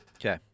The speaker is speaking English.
okay